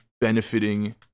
benefiting